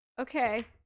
Okay